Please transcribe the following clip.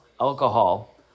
alcohol